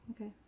Okay